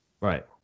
Right